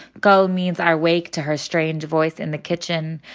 go means i wake to her strange voice in the kitchen.